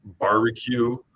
barbecue